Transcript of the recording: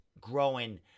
growing